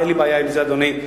אין לי בעיה עם זה, אדוני.